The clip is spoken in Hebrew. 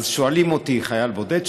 חייל בודד,